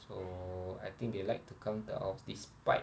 so I think they like to come to our house despite